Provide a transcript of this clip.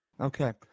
Okay